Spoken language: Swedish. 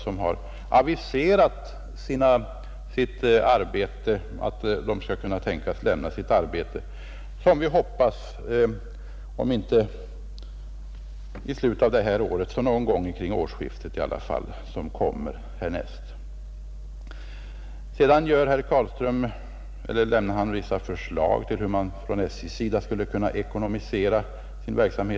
Den har aviserat att ett betänkande skall vara färdigt om inte i slutet av detta år så någon gång omkring nästa årsskifte. Herr Carlström lämnar också vissa förslag till hur SJ något bättre skulle kunna ekonomisera sin verksamhet.